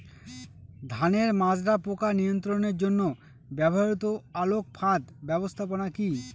ধানের মাজরা পোকা নিয়ন্ত্রণের জন্য ব্যবহৃত আলোক ফাঁদ ব্যবস্থাপনা কি?